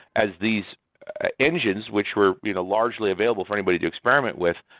as these engines which were you know largely available for anybody to experiment with,